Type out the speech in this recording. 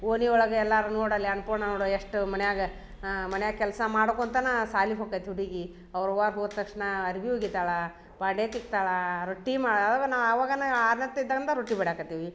ಹೋಲಿ ಒಳಗ ಎಲ್ಲಾರು ನೋಡಲ್ಲಿ ಅನ್ನಪೂರ್ಣ ನೋಡು ಎಷ್ಟು ಮನ್ಯಾಗೆ ಮನ್ಯಾಗ ಕೆಲಸ ಮಾಡ್ಕೊಳ್ತಾನ ಶಾಲಿಗ ಹೋಕೈತಿ ಹುಡುಗಿ ಅವ್ರು ಹೋದ ತಕ್ಷಣ ಅರ್ವಿ ಒಗಿತಾಳ ಪಾಡ್ಯ ತಿಕ್ತಾಳಾ ರೊಟ್ಟಿ ಮಾ ಅವಾಗ ನಾ ಅವಾಗ ನಾ ತಿಂದಂದ ರೊಟ್ಟಿ ಬಿಡಾಕತ್ತೀವಿ